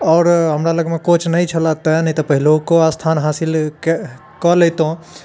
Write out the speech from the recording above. आओर हमरा लगमे कोच नहि छलै तै नहि तऽ पहिलको स्थान हासिल कै कऽ लितहुँ